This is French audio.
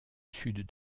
sud